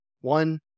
one